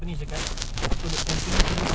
kau ada type C ah takde